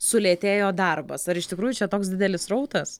sulėtėjo darbas ar iš tikrųjų čia toks didelis srautas